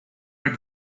but